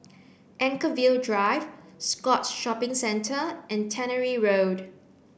Anchorvale Drive Scotts Shopping Centre and Tannery Road